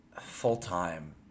Full-time